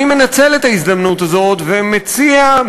אני מנצל את ההזדמנות הזאת ומציע,